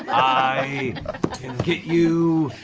i can get you